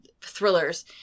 thrillers